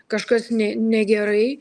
kažkas negerai